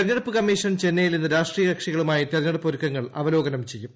തെരഞ്ഞെടുപ്പ് ക്ക്മീഷൻ ചെന്നൈയിൽ ഇന്ന് രാഷ്ട്രീയ കക്ഷികളുമായി ത്തെരഞ്ഞെടുപ്പ് ഒരുക്കങ്ങൾ അവലോകനം ചെയ്യും